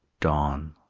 dawn,